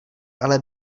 ale